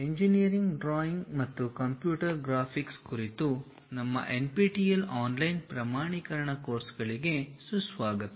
engineering drawing ಮತ್ತು computer graphics ಕುರಿತು ನಮ್ಮ ಎನ್ಪಿಟಿಇಎಲ್ ಆನ್ಲೈನ್ ಪ್ರಮಾಣೀಕರಣ ಕೋರ್ಸ್ಗಳಿಗೆ ಸುಸ್ವಾಗತ